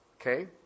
Okay